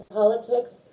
politics